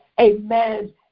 Amen